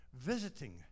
visiting